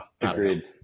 agreed